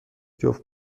جفت